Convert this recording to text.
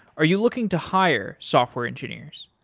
are you looking to hire software engineers?